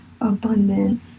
abundant